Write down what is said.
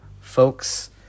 folks